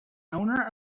owner